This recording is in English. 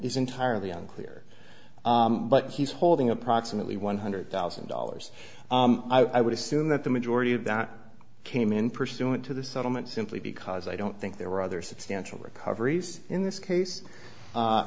is entirely unclear but he's holding approximately one hundred thousand dollars i would assume that the majority of that came in pursuant to this settlement simply because i don't think there were other substantial recoveries in this case